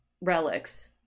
relics